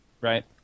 Right